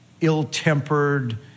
ill-tempered